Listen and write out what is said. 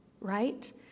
right